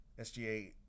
SGA